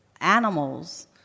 animals